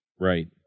Right